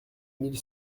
mille